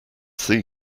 see